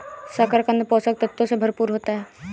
शकरकन्द पोषक तत्वों से भरपूर होता है